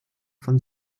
von